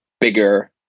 bigger